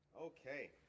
Okay